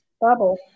bubble